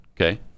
Okay